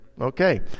okay